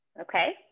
Okay